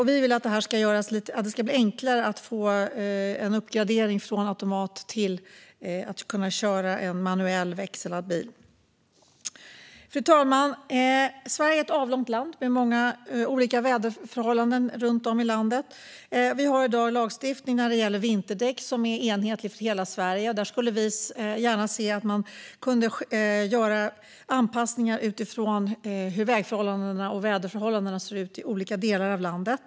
Vi vill att det ska bli enklare att få en uppgradering från automat till manuellt växlad bil. Fru talman! Sverige är ett avlångt land, och vi har många olika väderförhållanden runt om i landet. I dag har vi en lagstiftning för vinterdäck som är enhetlig för hela Sverige, och där skulle vi moderater gärna se att man gjorde anpassningar utifrån hur vägförhållandena och väderförhållandena ser ut i olika delar av landet.